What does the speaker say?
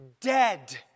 dead